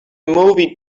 movie